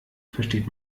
versteht